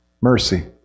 Mercy